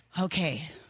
Okay